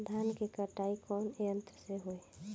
धान क कटाई कउना यंत्र से हो?